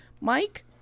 Mike